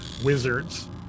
wizards